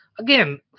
Again